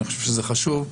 אני חושב שזה חשוב.